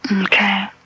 Okay